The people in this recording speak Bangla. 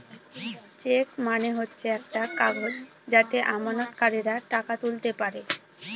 চেক মানে হচ্ছে একটা কাগজ যাতে আমানতকারীরা টাকা তুলতে পারে